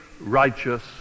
righteous